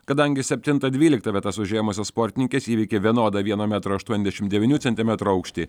kadangi septintą dvyliktą vietas užėmusios sportininkės įveikė vienodą vieno metro aštuoniasdešimt devynių centimetrų aukštį